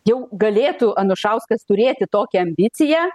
jau galėtų anušauskas turėti tokią ambiciją